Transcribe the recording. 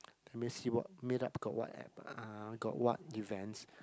let me see what meetup got what app uh got what events